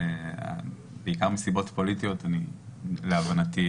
בעיקר מסיבות פוליטיות להבנתי,